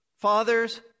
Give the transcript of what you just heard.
fathers